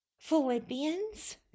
Philippians